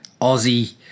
Aussie